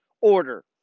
order